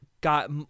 got